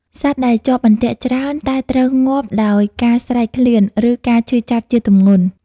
សត្វដែលជាប់អន្ទាក់ច្រើនតែត្រូវងាប់ដោយការស្រេកឃ្លាន ឬការឈឺចាប់ជាទម្ងន់។